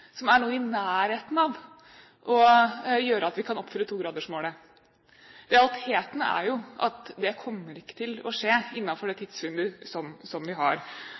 som er noe i nærheten av å føre til at vi kan oppfylle 2-gradersmålet. Realiteten er at det kommer ikke til å skje innenfor det tidsvinduet som vi har,